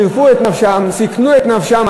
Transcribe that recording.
חירפו את נפשם, סיכנו את נפשם.